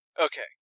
Okay